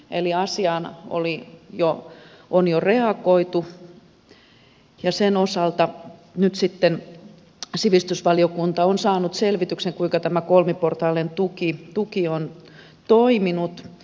eli asiaan on jo reagoitu ja sen osalta nyt sitten sivistysvaliokunta on saanut selvityksen kuinka tämä kolmiportainen tuki on toiminut